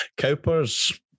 cowpers